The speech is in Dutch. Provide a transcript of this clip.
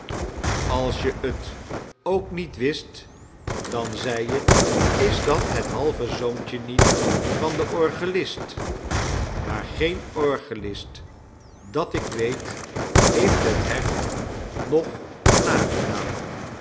als je t ook niet wist dan zei je is dat het halve zoontjen niet van den orgelist maar geen orgelist dat ik weet heeft het hem nog na